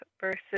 versus